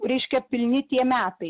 reiškia pilni tie metai